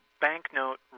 banknote